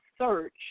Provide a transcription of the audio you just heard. search